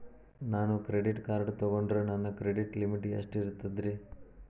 ನಾನು credit card ತೊಗೊಂಡ್ರ ನನ್ನ ಕ್ರೆಡಿಟ್ ಲಿಮಿಟ್ ಎಷ್ಟ ಇರ್ತದ್ರಿ?